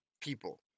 people